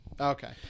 Okay